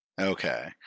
Okay